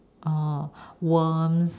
orh worms